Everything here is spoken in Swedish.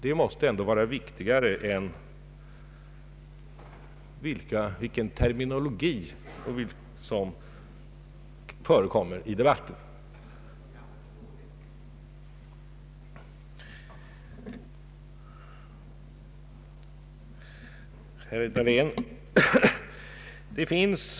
Det måste vara viktigare än vilken terminologi som förekommer i debatten. Nej, herr Dahlén!